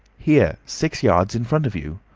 here! six yards in front of you.